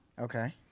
Okay